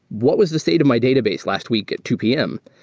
what was the state of my database last week at two pm?